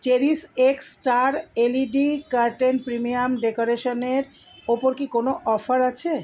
CherishX star LED curtain premium ডেকোরেশনের ওপর কি কোনো অফার আছে